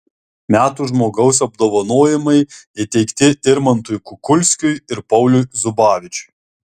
metų žmogaus apdovanojimai įteikti irmantui kukulskiui ir pauliui zubavičiui